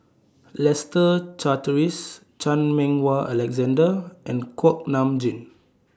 Leslie Charteris Chan Meng Wah Alexander and Kuak Nam Jin